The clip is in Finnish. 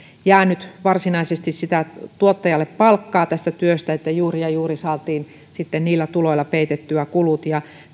jäänyt tuottajalle varsinaisesti palkkaa että juuri ja juuri saatiin sitten niillä tuloilla peitettyä kulut ja